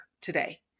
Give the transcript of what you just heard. today